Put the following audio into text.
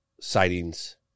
sightings